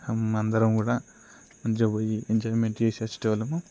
అందరం కూడా మంచిగా పోయి మంచిగా ఎంజాయిమెంట్ చేసి వచ్చే వాళ్ళము